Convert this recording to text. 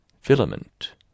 filament